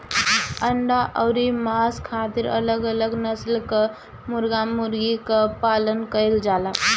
अंडा अउर मांस खातिर अलग अलग नसल कअ मुर्गा मुर्गी कअ पालन कइल जाला